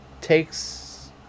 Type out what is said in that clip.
takes